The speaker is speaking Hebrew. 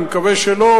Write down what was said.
אני מקווה שלא,